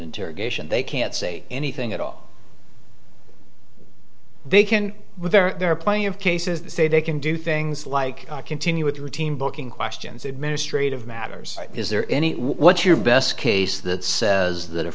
interrogation they can't say anything at all they can there are plenty of cases say they can do things like continue with routine booking questions administrative matters is there any what's your best case that says that a